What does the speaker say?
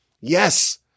Yes